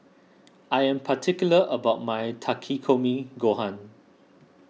I am particular about my Takikomi Gohan